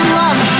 love